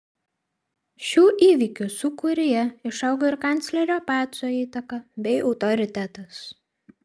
šių įvykių sūkuryje išaugo ir kanclerio paco įtaka bei autoritetas